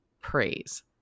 praise